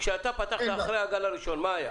כשפתחת אחרי הגל הראשון, מה היה?